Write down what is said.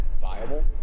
viable